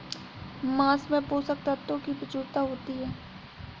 माँस में पोषक तत्त्वों की प्रचूरता होती है